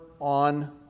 on